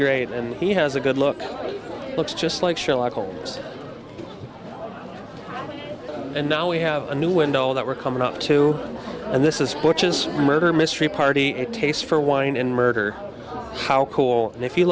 great and he has a good look looks just like sherlock holmes and now we have a new window that we're coming up to and this is porches murder mystery party a taste for wine and murder how cool and if you